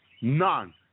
None